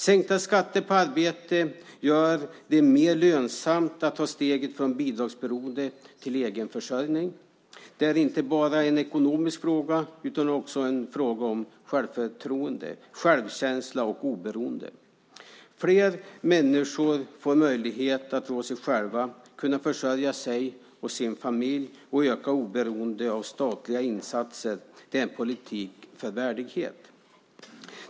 Sänkta skatter på arbete gör det mer lönsamt att ta steget från bidragsberoende till egen försörjning. Det är inte bara en ekonomisk fråga utan också en fråga om självförtroende, självkänsla och oberoende. Fler människor får möjlighet att rå sig själva, kunna försörja sig och sin familj och öka oberoende av statliga insatser. Det är en politik för värdighet.